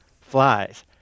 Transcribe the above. Flies